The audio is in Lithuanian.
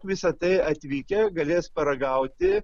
visa tai atvykę galės paragauti